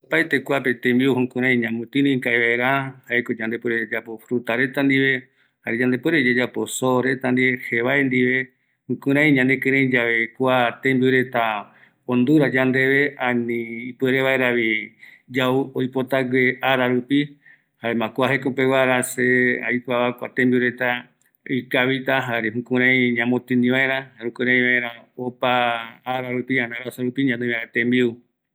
﻿Opaeteko kuape tembiu ñamotini ikavi vaera jaeko yande puere yayapo fruta reta ndive jare yande puerevi yayapo soo reta ndive, jevae ndive, jukurai ñanekirei yave kua tembiu reta ondura yandeve, ani ipuere vaeravi yau oipotague ararupi jaema kua jeko peguara se aikuava kua tembiu reta ikavita jare jukurai ñamotini vaera jare jukurai vaera opa ara rupi ani arasa rupi ñanoivaera tembiu